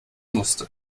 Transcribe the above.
musste